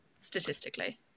statistically